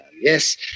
yes